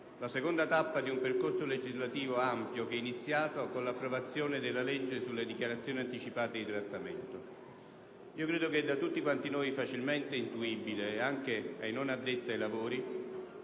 la seconda tappa di un percorso legislativo ampio, iniziato con l'approvazione della legge sulle dichiarazioni anticipate di trattamento. Credo che da tutti noi, anche dai non addetti ai lavori,